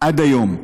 עד היום,